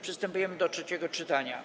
Przystępujemy do trzeciego czytania.